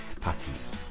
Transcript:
patterns